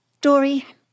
Dory